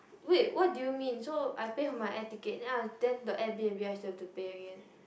wait what do you mean so I pay for my air ticket then I then the air-b_n_b I still have to pay again